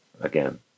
again